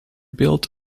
built